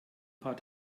paar